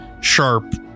sharp